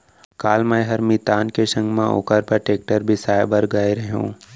काल मैंहर मितान के संग म ओकर बर टेक्टर बिसाए बर गए रहव